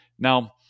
Now